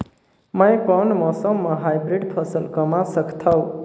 मै कोन मौसम म हाईब्रिड फसल कमा सकथव?